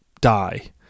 die